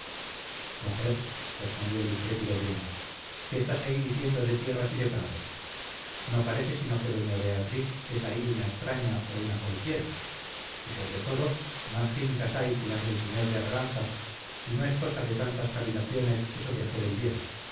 mujer respondió el intrépido bruno qué estás ahí diciendo de tierras y de prados no parece sino que doña beatriz es ahí una extraña o una cualquiera y sobre todo más fincas hay que las del señor de arganza y no es cosa de tantas cavilaciones eso de hacer el bien